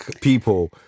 people